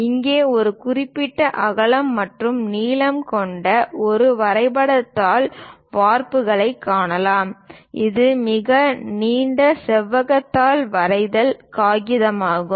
இங்கே ஒரு குறிப்பிட்ட அகலம் மற்றும் நீளம் கொண்ட ஒரு வரைபட தாள் வார்ப்புருவைக் காணலாம் இது மிக நீண்ட செவ்வக தாள் வரைதல் காகிதமாகும்